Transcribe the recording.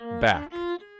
back